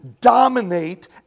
dominate